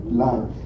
life